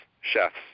chefs